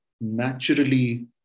naturally